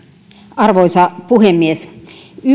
arvoisa puhemies